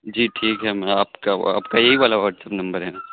جی ٹھیک ہے میں آپ کا آپ کا یہی والا واٹس اپ نمبر ہے